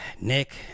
Nick